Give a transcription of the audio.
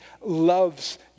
loves